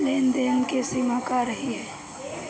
लेन देन के सिमा का रही?